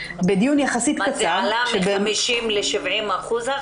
זה עלה מ-50% ל-70%?